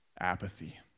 apathy